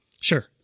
Sure